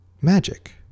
Magic